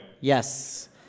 Yes